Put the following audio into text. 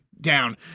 down